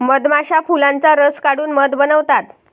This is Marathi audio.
मधमाश्या फुलांचा रस काढून मध बनवतात